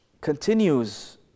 continues